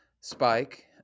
spike